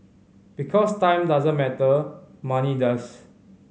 because time doesn't matter money does